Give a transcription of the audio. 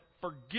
forget